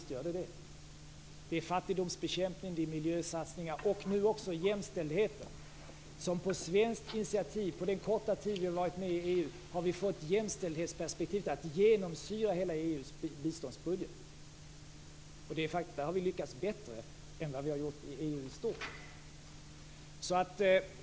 Det gäller då fattigdomsbekämpning, miljösatsningar och nu också jämställdheten där vi kan notera ett svenskt initiativ. Under den korta tid vi varit med i EU har vi nämligen fått jämställdhetsperspektivet att genomsyra hela EU:s biståndsbudget. Där har vi lyckats bättre än vad vi gjort i EU i stort.